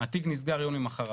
התיק נסגר יום למחרת.